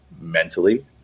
mentally